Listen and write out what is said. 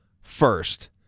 first